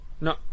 No